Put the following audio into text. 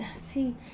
see